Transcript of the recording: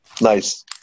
Nice